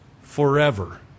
forever